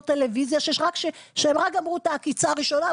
הטלוויזיה שהם רק גמרו את העקיצה הראשונה,